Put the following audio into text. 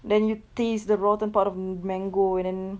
then you taste the rotten part of m~ mango and then